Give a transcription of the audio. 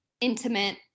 intimate